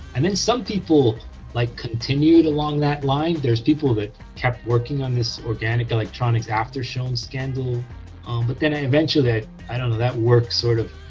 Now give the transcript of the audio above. and then some people like continued along that line, there's people that kept working on this organic electronics after schon scandal but then and eventually i don't know that work sort of